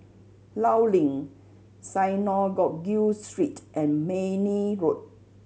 Law Link Synagogue Street and Mayne Road